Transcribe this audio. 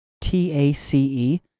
T-A-C-E